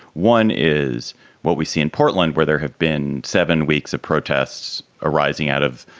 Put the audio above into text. one is what we see in portland where there have been seven weeks of protests arising out of.